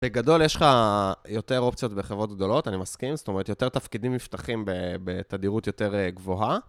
בגדול יש לך יותר אופציות בחברות גדולות, אני מסכים, זאת אומרת יותר תפקידים נפתחים בתדירות יותר גבוהה.